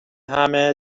همه